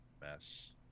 Mess